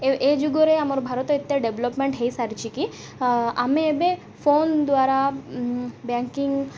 ଏ ଏ ଯୁଗରେ ଆମର ଭାରତ ଏତେ ଡେଭ୍ଲପ୍ମେଣ୍ଟ୍ ହୋଇସାରିଛି କି ଆମେ ଏବେ ଫୋନ୍ ଦ୍ୱାରା ବ୍ୟାଙ୍କିଙ୍ଗ୍